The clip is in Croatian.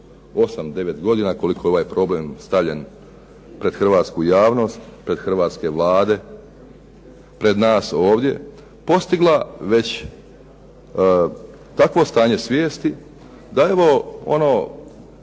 8, 9 godina koliko je ovaj problem stavljen pred hrvatsku javnost, pred hrvatske vlade, pred nas ovdje, postigla već takvo stanje svijesti da evo ono